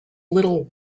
little